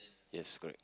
yes correct